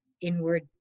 inward